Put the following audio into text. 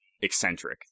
eccentric